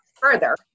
further